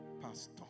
pastor